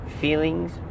feelings